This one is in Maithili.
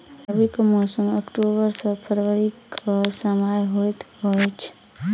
रबीक मौसम अक्टूबर सँ फरबरी क समय होइत अछि